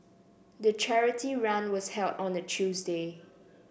the charity run was held on a Tuesday